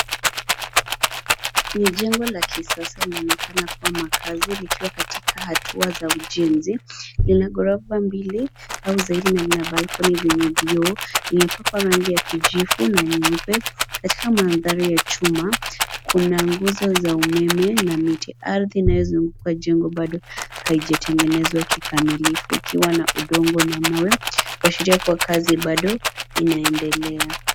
Ni jengo la kisasa linaonekana kuwa makazi likiwa katika hatua za ujenzi, ina ghorofa mbili au zaidi na ina balcony zenye vioo. Imepakwa rangi ya kijivu na nyeupe. Katika mandhari ya chuma kuna nguzo za umeme na miti ardhi inayozunguka jengo bado haijatengenezwa kikamilifu ikiwa na udongo na mawe kuashiria kuwa kazi bado inaendelea.